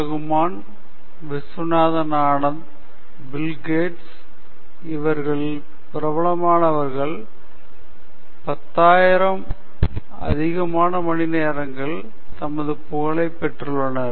Rahman Viswanathan Anand Bill Gates இவர்களில் பிரபலமானவர்கள் 10000 க்கும் அதிகமான மணிநேரங்களில் தமது புகழைப் பெற்றனர்